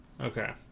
Okay